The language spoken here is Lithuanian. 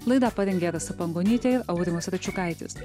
laidą parengė rasa pangonytė ir aurimas račiukaitis